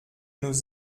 nos